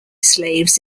slaves